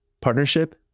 partnership